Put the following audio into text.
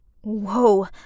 Whoa